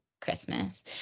Christmas